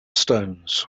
stones